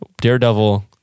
Daredevil